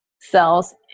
cells